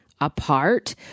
apart